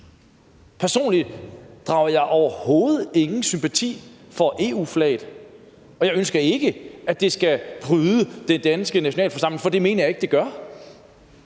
Personligt har jeg overhovedet ingen sympati for EU-flaget, og jeg ønsker ikke, at det skal pryde den danske nationalforsamling, for det mener jeg ikke det gør.